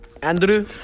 Andrew